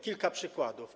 Kilka przykładów.